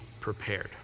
prepared